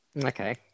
Okay